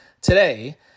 today